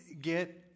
get